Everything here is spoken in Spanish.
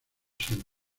san